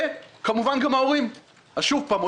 שוב פעם,